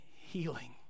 healing